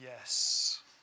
Yes